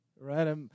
right